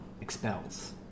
expels